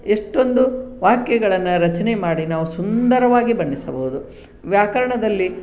ಎಷ್ಟೊಂದು ವಾಕ್ಯಗಳನ್ನು ರಚನೆ ಮಾಡಿ ನಾವು ಸುಂದರವಾಗಿ ಬಣ್ಣಿಸಬಹುದು ವ್ಯಾಕರಣದಲ್ಲಿ